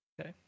Okay